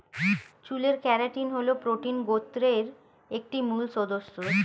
চুলের কেরাটিন হল প্রোটিন গোত্রের একটি মূল সদস্য